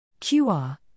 QR